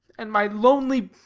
and my lonely,